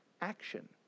action